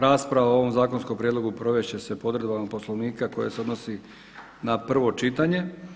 Rasprava o ovome zakonskome prijedlogu provesti će se po odredbama Poslovnika koje se odnose na prvo čitanje.